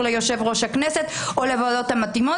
ליושב-ראש הכנסת או לוועדות המתאימות,